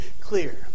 clear